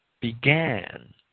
began